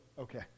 okay